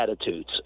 attitudes